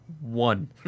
one